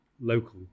local